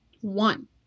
one